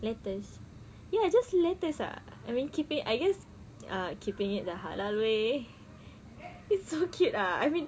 letters you know just letters ah I mean keep it I guess uh keeping it the halal way it's so cute lah I mean